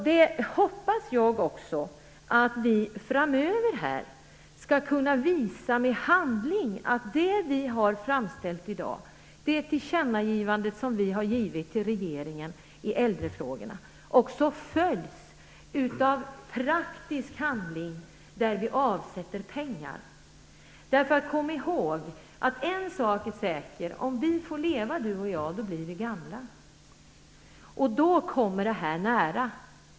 Jag hoppas också att vi framöver i handling skall kunna visa att det som vi i dag har framställt, vårt tillkännagivande till regeringen om äldrefrågorna, följs av praktisk handling och att det avsätts pengar. Kom ihåg att en sak som är säker är att om du och jag får leva blir vi gamla, och då kommer detta nära.